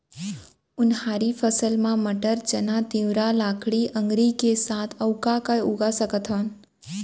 उनहारी फसल मा मटर, चना, तिंवरा, लाखड़ी, अंकरी के साथ अऊ का का उगा सकथन?